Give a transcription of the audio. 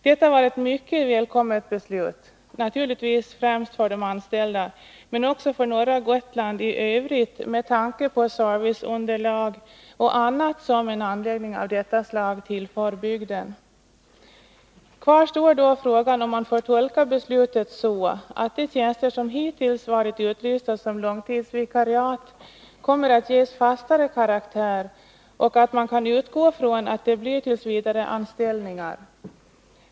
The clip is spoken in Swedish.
Detta var ett mycket välkommet beslut, naturligtvis främst för de anställda, men också för norra Gotland i övrigt, med tanke på serviceunderlag och annat som en anläggning av detta slag tillför bygden. Kvar står då frågan om man får tolka beslutet så att de tjänster som hittills varit utlysta som långtidsvikariat kommer att ges fastare karaktär och om man kan utgå ifrån att det blir tillsvidareanställningar.